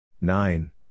Nine